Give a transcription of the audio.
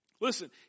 Listen